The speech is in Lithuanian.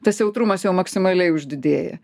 tas jautrumas jau maksimaliai uždidėja